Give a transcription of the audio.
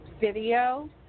video